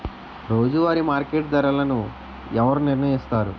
రోజువారి మార్కెట్ ధరలను ఎవరు నిర్ణయిస్తారు?